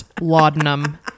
laudanum